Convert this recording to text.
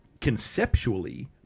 conceptually